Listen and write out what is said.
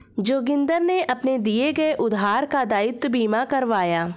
जोगिंदर ने अपने दिए गए उधार का दायित्व बीमा करवाया